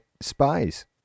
spies